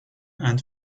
and